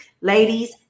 Ladies